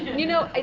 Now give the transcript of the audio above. you know,